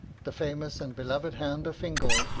the famous and beloved hound of fingal,